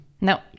No